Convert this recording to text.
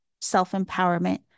self-empowerment